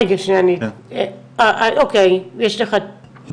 רגע, שנייה, אוקי, יש לך תשובה?